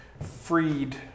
freed